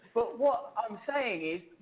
but what i'm saying is,